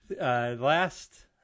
last